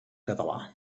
català